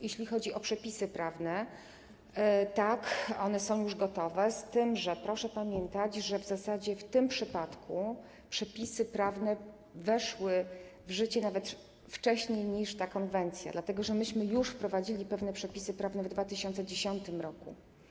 Jeśli chodzi o przepisy prawne, to tak, one są już gotowe, z tym że, proszę pamiętać, w zasadzie w tym przypadku przypisy prawne weszły w życie nawet wcześniej niż ta konwencja, dlatego że my już wprowadziliśmy pewne przepisy prawne w 2010 r.